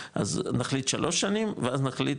נחליט שלוש שנים ואז נחליט,